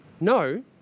No